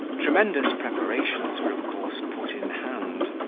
tremendous preparations were, of course, put in hand.